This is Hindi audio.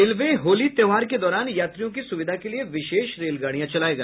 रेलवे होली त्योहार के दौरान यात्रियों की सुविधा के लिए विशेष रेलगाड़ियां चलाएगा